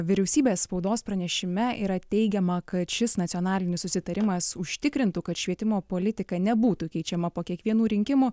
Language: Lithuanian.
vyriausybės spaudos pranešime yra teigiama kad šis nacionalinis susitarimas užtikrintų kad švietimo politika nebūtų keičiama po kiekvienų rinkimų